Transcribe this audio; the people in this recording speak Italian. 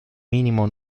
minimo